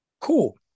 Cool